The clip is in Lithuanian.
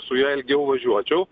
su ja ilgiau važiuočiau